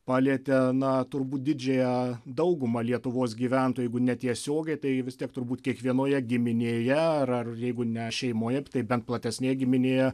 palietė na turbūt didžiąją daugumą lietuvos gyventojų jeigu netiesiogiai tai vis tiek turbūt kiekvienoje giminėje ar ar jeigu ne šeimoje tai bent platesnėj giminėje